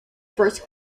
first